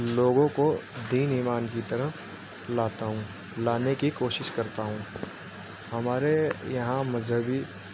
لوگوں کو دین ایمان کی طرف لاتا ہوں لانے کی کوشش کرتا ہوں ہمارے یہاں مذہبی